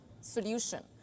Solution